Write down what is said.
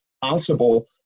possible